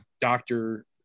doctor